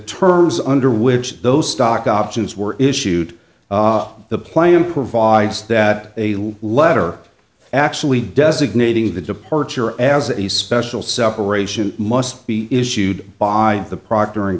terms under which those stock options were issued the plan provides that letter actually designating the departure as a special separation must be issued by the procter and